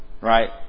right